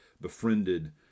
befriended